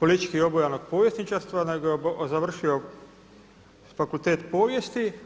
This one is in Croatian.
politički obojenog povjesničarstva, nego je završio fakultet povijesti.